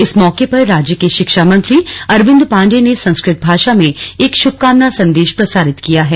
इस मौके पर राज्य के शिक्षा मंत्री अरविंद पांडे ने संस्कृत भाषा में एक शुभकामना संदेश प्रसारित किया है